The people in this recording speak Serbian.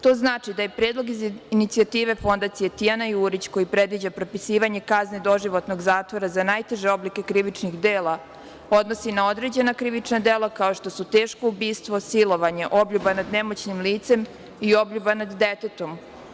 To znači da se Predlog inicijative Fondacije „Tijana Jurić“, koja predviđa propisivanje kazne doživotnog zatvora za najteže oblike krivičnih dela, odnosi na određena krivična dela, kao što su teško ubistvo, silovanje, obljuba nad nemoćnim licem i obljuba nad detetom.